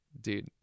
Dude